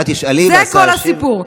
זה כל הסיפור.